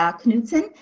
Knudsen